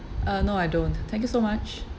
uh no I don't thank you so much